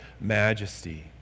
majesty